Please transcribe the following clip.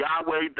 Yahweh